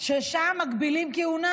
ששם מגבילים כהונה,